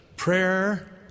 Prayer